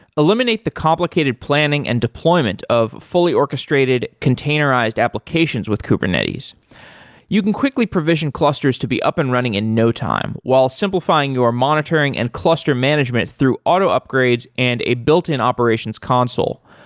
eliminate the complicated planning and deployment of fully orchestrated containerized applications with kubernetes you can quickly provision clusters to be up and running in no time, while simplifying your monitoring and cluster management through auto upgrades and a built-in operations console.